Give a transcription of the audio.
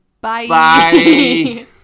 Bye